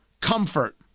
comfort